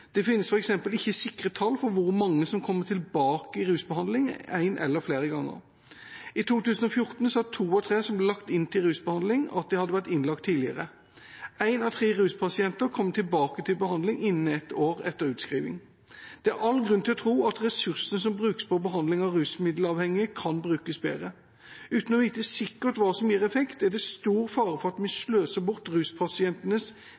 Det finnes f.eks. ikke sikre tall på hvor mange som kommer tilbake i rusbehandling én eller flere ganger. I 2014 sa to av tre av dem som ble lagt inn for rusbehandling, at de hadde vært innlagt tidligere. Én av tre ruspasienter kommer tilbake for behandling innen ett år etter utskrivning. Det er all grunn til å tro at ressursene som brukes til behandling av rusmiddelavhengige, kan brukes bedre. Uten å vite sikkert hva som gir effekt, er det stor fare for at vi